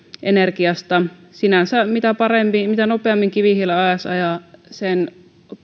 energiasta sinänsä mitä nopeammin kivihiilen alas ajaa sen